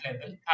level